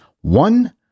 One